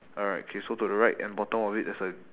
alright okay so to the right and bottom of it there's a